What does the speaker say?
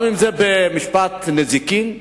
אם זה במשפט נזיקין,